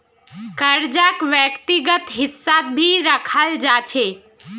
कर्जाक व्यक्तिगत हिस्सात भी रखाल जा छे